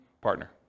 partner